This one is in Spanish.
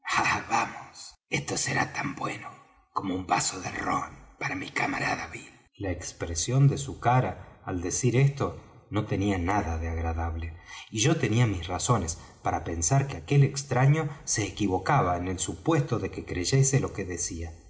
esto será tan bueno como un vaso de rom para mi camarada bill la expresión de su cara al decir esto no tenía nada de agradable y yo tenía mis razones para pensar que aquel extraño se equivocaba en el supuesto de que creyese lo que decía